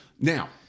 Now